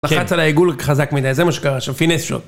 לחץ על העיגול חזק מדי, זה מה שקרה של פינס שוט.